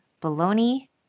bologna